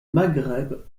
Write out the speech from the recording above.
maghreb